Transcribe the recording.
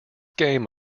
game